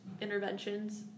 interventions